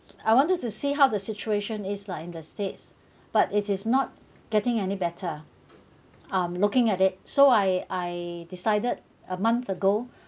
I wanted to see how the situation is lah in the states but it is not getting any better um looking at it so I I decided a month ago